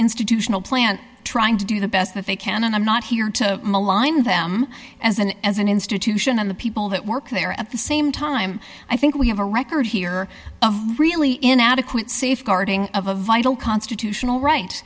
institutional plant trying to do the best that they can and i'm not here to malign them as an as an institution and the people that work there at the same time i think we have a record here really inadequate safeguarding of a vital constitutional right